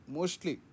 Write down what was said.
Mostly